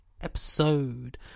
episode